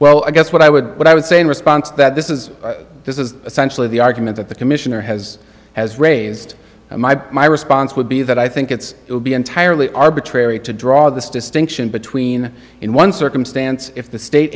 well i guess what i would what i would say in response that this is this is essentially the argument that the commissioner has has raised my my response would be that i think it's it would be entirely arbitrary to draw this distinction between in one circumstance if the state